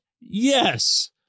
yes